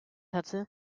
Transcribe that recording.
hatte